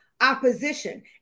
opposition